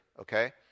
Okay